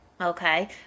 okay